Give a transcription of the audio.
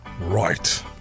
Right